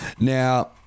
now